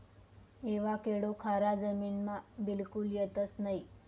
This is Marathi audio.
एवाकॅडो खारा जमीनमा बिलकुल येतंस नयी